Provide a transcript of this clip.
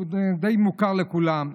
הוא די מוכר לכולם.